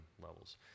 levels